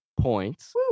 points